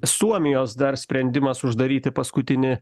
suomijos dar sprendimas uždaryti paskutinį